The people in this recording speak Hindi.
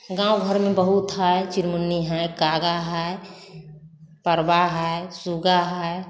गाँव भर में बहुत है चिन्गुन्नी है कागा है पड़बा है सुगा है